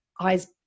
eyes